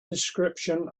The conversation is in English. description